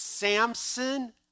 Samson